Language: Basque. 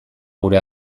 gure